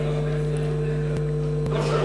משפט אחרון.